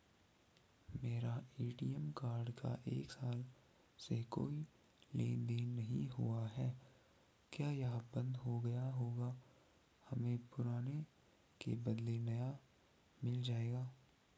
मेरा ATM card का एक साल से कोई लेन देन नहीं हुआ है क्या यह बन्द हो गया होगा हमें पुराने के बदलें नया मिल जाएगा?